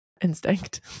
instinct